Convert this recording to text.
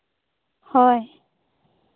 ᱦᱳᱭ